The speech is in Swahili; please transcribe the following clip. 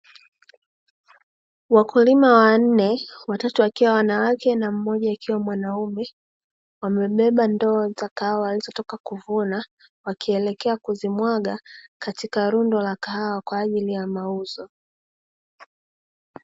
Wakulima wanne watatu wakiwa wanawake na mmoja akiwa mwanaume, wamebeba ndoo za kahawa walizotoka kuvuna wakielekea kuzimwaga katika rundo la kahawa kwa ajili ya mauzo.